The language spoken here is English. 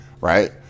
right